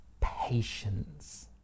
patience